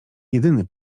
jedyny